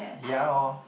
ya lor